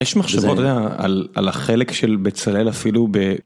יש מחשבות על החלק של בצלאל אפילו ב,